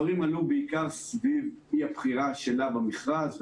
הדברים עלו בעיקר סביב אי הבחירה שלה במכרז,